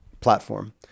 platform